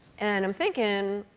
and i'm thinking,